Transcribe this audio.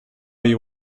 you